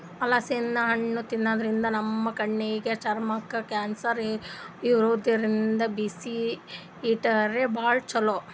ಹಲಸಿನ್ ಹಣ್ಣ್ ತಿನ್ನಾದ್ರಿನ್ದ ನಮ್ ಕಣ್ಣಿಗ್, ಚರ್ಮಕ್ಕ್, ಕ್ಯಾನ್ಸರ್ ಇದ್ದೋರಿಗ್ ಬಿ.ಪಿ ಇದ್ದೋರಿಗ್ ಭಾಳ್ ಛಲೋ